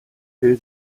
will